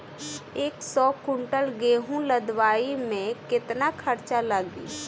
एक सौ कुंटल गेहूं लदवाई में केतना खर्चा लागी?